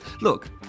Look